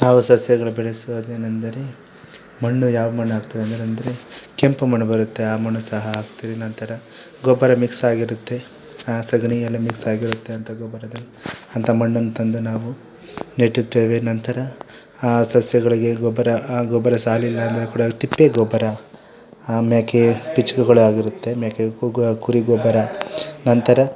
ನಾವು ಸಸ್ಯಗಳು ಬೆಳೆಸೂದೇನೆಂದರೆ ಮಣ್ಣು ಯಾವ ಮಣ್ಣು ಹಾಕ್ತೇವೆ ಅಂದರೆ ಅಂದರೆ ಕೆಂಪು ಮಣ್ಣು ಬರುತ್ತೆ ಆ ಮಣ್ಣು ಸಹ ಹಾಕ್ತೀವಿ ನಂತರ ಗೊಬ್ಬರ ಮಿಕ್ಸ್ ಆಗಿರುತ್ತೆ ಆ ಸಗಣಿಯೆಲ್ಲ ಮಿಕ್ಸ್ ಆಗಿರುತ್ತೆ ಅಂಥ ಗೊಬ್ಬರದಲ್ಲಿ ಅಂಥ ಮಣ್ಣನ್ನು ತಂದು ನಾವು ನೆಡುತ್ತೇವೆ ನಂತರ ಆ ಸಸ್ಯಗಳಿಗೆ ಗೊಬ್ಬರ ಆ ಗೊಬ್ಬರ ಸಾಲಿಲ್ಲ ಅಂದರೆ ಕೂಡ ತಿಪ್ಪೆ ಗೊಬ್ಬರ ಆಮೇಲೆ ಇಚ್ಕುಗಳಾಗಿರುತ್ತೆ ಮೇಕೆ ಕುರಿ ಗೊಬ್ಬರ ನಂತರ